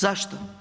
Zašto?